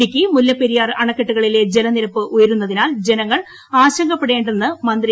ഇടുക്കി മുല്ലപ്പെരിയാർ അണക്കെട്ടിലെ ജലനിരപ്പ് ഉയരുന്നതിനാൽ ജനങ്ങൾ ആശങ്ക പെടേണ്ടെന്ന് മന്ത്രി